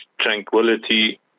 tranquility